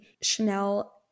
chanel